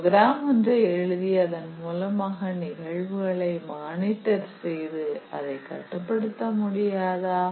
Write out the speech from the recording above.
program ஒன்றை எழுதி அதன் மூலமாக நிகழ்வினை மானிட்டர் செய்து அதை கட்டுப்படுத்த முடியாதா